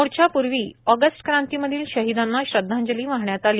मोर्चपूर्वी August क्रांतीमधील शहिदांना श्रध्दांजली वाहण्यात आली